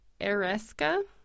Ereska